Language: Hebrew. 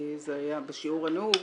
זה היה בשיעור עלוב,